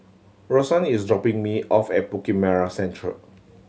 Rosann is dropping me off at Bukit Merah Central